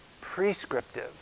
prescriptive